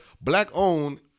black-owned